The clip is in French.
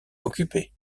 occupée